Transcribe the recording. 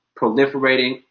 proliferating